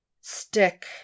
Stick